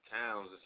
towns